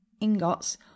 ingots